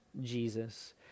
Jesus